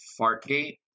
Fartgate